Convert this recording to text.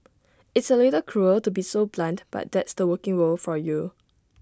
it's A little cruel to be so blunt but that's the working world for you